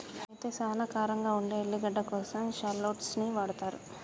అయితే సానా కారంగా ఉండే ఎల్లిగడ్డ కోసం షాల్లోట్స్ ని వాడతారు